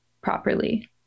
properly